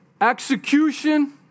Execution